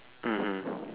mmhmm